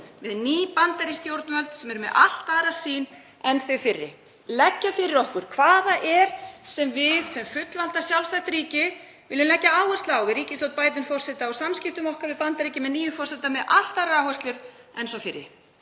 við ný bandarísk stjórnvöld sem eru með allt aðra sýn en þau fyrri; leggja það niður fyrir okkur hvað það er sem við sem fullvalda sjálfstætt ríki viljum leggja áherslu á við ríkisstjórn Bidens forseta og í samskiptum okkar við Bandaríkin með nýjum forseta með allt aðrar áherslur en sá fyrri.